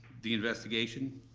the investigation,